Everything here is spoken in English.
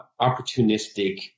opportunistic